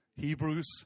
Hebrews